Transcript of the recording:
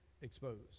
exposed